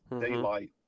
daylight